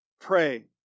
pray